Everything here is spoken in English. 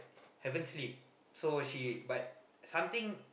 haven't sleep so she but something